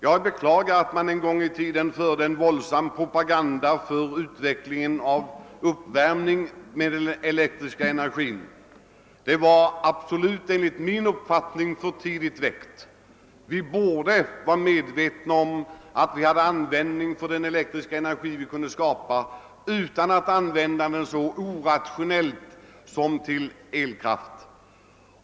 Jag beklagar att man en gång i tiden förde en våldsam propaganda för uppvärmning med elektrisk energi. Frågan var enligt min mening absolut för tidigt väckt. Vi borde vara medvetna om att vi hade användning för den elektriska energi vi kunde skapa utan att använda den så orationellt som till eluppvärmning.